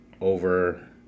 over